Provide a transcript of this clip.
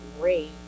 great